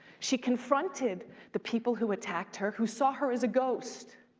she confronted the people who attacked her, who saw her as a ghost.